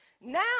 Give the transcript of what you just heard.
Now